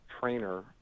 trainer